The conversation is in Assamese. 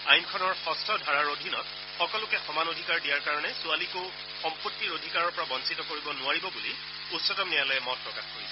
আইনখনৰ যঠ ধাৰাৰ অধীনত সকলোকে সমান অধিকাৰ দিয়াৰ কাৰণে ছোৱালীকো সম্পত্তিৰ অধিকাৰৰ পৰা বঞ্চিত কৰিব নোৱাৰিব বুলি উচ্চতম ন্যায়ালয়ে মত প্ৰকাশ কৰিছে